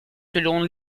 selon